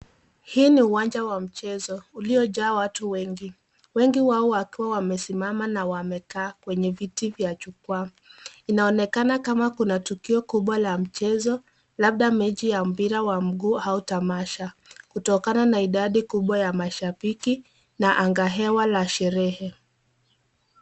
Hii ni uwanja wa mchezo uliyojaa watu wengi. Wengi wao wakiwa wamesimama na wamekaa kwenye viti ya jukua. Inaonekana kama kuna tukio kubwa la mchezo, labda mechi wa mpira wa mguu au tamasha. Kutokana na idadi kubwa ya mashabiki na angahewa la sherehe.